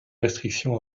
restrictions